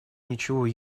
ничего